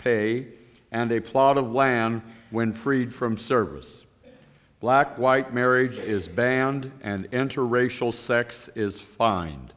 pay and a plot of land when freed from service black white marriage is banned and interracial sex is fine